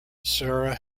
sarah